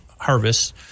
harvests